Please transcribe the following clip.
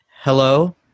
hello